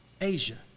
Asia